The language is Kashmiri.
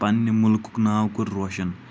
پننہِ مُلکُک ناو کوٚر روشَن